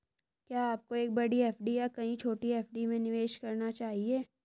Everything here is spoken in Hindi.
क्या आपको एक बड़ी एफ.डी या कई छोटी एफ.डी में निवेश करना चाहिए?